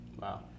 Wow